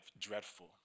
dreadful